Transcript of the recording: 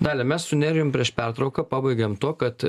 dalia mes su nerijumi prieš pertrauką pabaigėm tuo kad